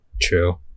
true